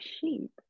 sheep